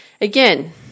again